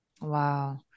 Wow